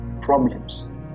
problems